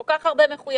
כל כך הרבה מחויבויות,